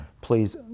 Please